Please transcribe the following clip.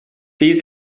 dies